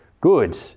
good